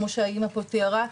כמו שהאמא פה תיארה,